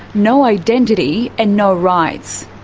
no identity, and no rights.